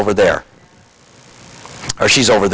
over there or she's over